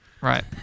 right